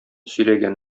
сөйләгән